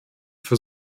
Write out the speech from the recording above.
für